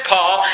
Paul